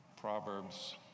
Proverbs